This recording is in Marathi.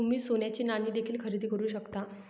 तुम्ही सोन्याची नाणी देखील खरेदी करू शकता